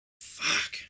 Fuck